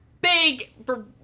big